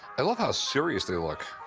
i love how serious they look.